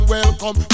Welcome